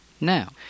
Now